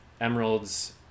emeralds